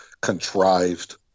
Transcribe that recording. contrived